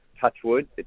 Touchwood